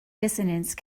dissonance